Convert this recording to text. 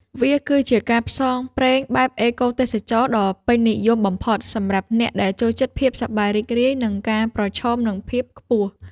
វាគឺជាការផ្សងព្រេងបែបអេកូទេសចរណ៍ដ៏ពេញនិយមបំផុតសម្រាប់អ្នកដែលចូលចិត្តភាពសប្បាយរីករាយ និងការប្រឈមនឹងភាពខ្ពស់។